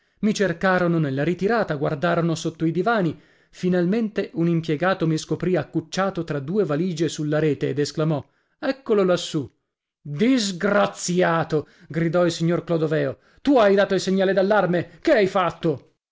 i cercarono nella ritirata guardarono sotto i divani finalmente un impiegato mi scoprì accucciato tra due valige sulla rete ed esclamò eccolo lassù disgraziato gridò il signor clodoveo tu hai dato il segnale d'allarme che hai fatto